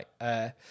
Right